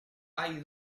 hay